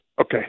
okay